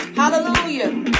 hallelujah